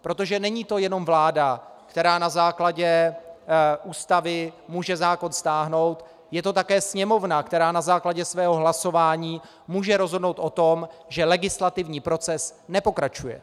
Protože není to jenom vláda, která na základě Ústavy může zákon stáhnout, je to také Sněmovna, která na základě svého hlasování může rozhodnout o tom, že legislativní proces nepokračuje.